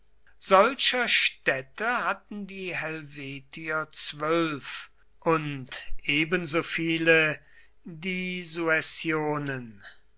solcher städte hatten die helvetier zwölf und ebensoviele die